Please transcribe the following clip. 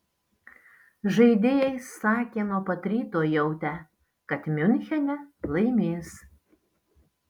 žaidėjai sakė nuo pat ryto jautę kad miunchene laimės